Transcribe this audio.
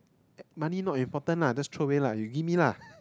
money not important lah just throw away lah you give me lah